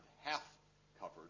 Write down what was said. half-covered